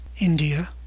India